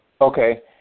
Okay